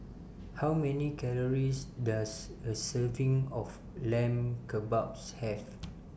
How Many Calories Does A Serving of Lamb Kebabs Have